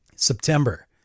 September